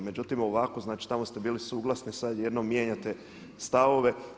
Međutim ovako, znači tamo ste bili suglasni sad odjednom mijenjate stavove.